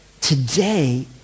today